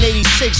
86